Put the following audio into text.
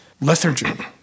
lethargy